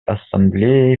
ассамблеей